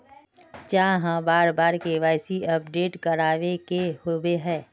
चाँह बार बार के.वाई.सी अपडेट करावे के होबे है?